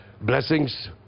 blessings